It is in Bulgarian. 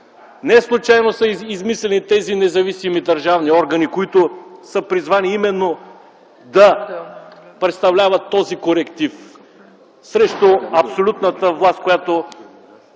Не случайно са измислили тези независими държавни органи, които са призвани именно да представляват този коректив, срещу абсолютната власт, която